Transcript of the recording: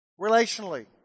Relationally